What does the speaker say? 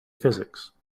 physics